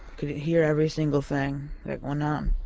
could hear every single thing that went um